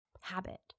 habit